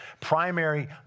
primary